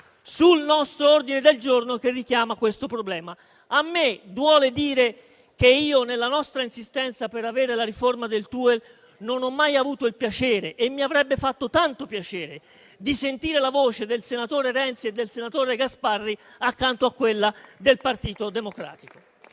sul nostro ordine del giorno che richiama questo problema. A me duole dire che, nella nostra insistenza per avere la riforma del TUEL, non ho mai avuto il piacere - e mi avrebbe fatto tanto piacere - di sentire la voce del senatore Renzi e del senatore Gasparri accanto a quella del Partito Democratico.